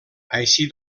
així